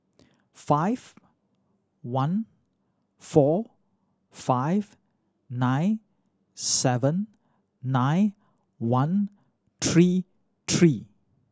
five one four five nine seven nine one three three